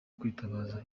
kwitabaza